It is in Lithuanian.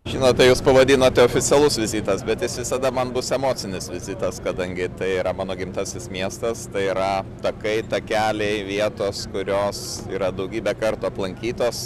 žinote jūs pavadinote oficialus vizitas bet jis visada man bus emocinis vizitas kadangi tai yra mano gimtasis miestas tai yra takai takeliai vietos kurios yra daugybę kartų aplankytos